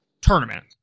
tournament